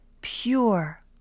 pure